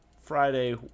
friday